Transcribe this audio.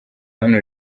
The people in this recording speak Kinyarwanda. hano